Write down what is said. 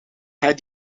had